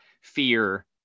fear